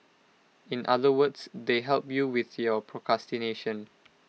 in other words they help you with your procrastination